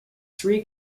three